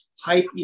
hype